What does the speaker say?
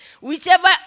whichever